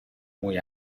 muy